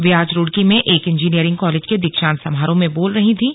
वे आज रूड़की में एक इंजीनियरिंग कॉलेज के दीक्षांत समारोह में बोल रही थीं